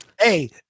Hey